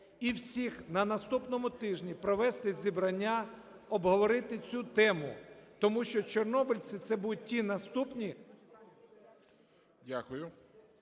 і всіх на наступному тижні провести зібрання, обговорити цю тему. Тому що чорнобильці це будуть ті наступні…